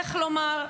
איך לומר,